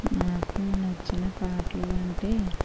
నాకు నచ్చిన పాటలు అంటే